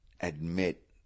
admit